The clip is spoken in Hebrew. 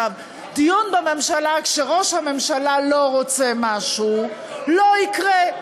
דיון בממשלה, כשראש הממשלה לא רוצה משהו, לא יקרה.